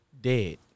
dead